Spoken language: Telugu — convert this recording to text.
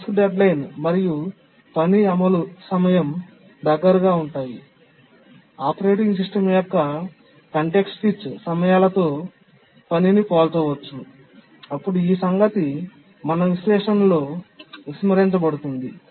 విధి గడువు మరియు పని అమలు సమయం దగ్గరగా ఉన్నాయి ఆపరేటింగ్ సిస్టమ్ యొక్క కాంటెక్స్ట్ స్విచ్ సమయాలతో విధిని పోల్చవచ్చు అప్పుడు ఈ సంగతి మన విశ్లేషణలో విస్మరించబడుతుంది